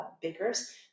Bakers